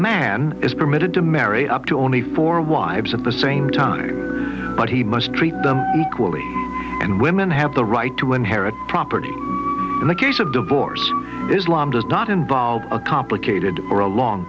man is permitted to marry up to only four wives at the same time but he must treat them equally and women have the right to inherit property in the case of divorce islam does not involve a complicated or a long